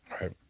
Right